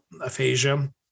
aphasia